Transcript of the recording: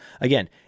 again